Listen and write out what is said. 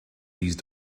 these